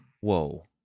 whoa